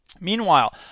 Meanwhile